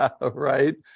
right